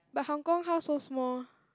but Hong Kong house so small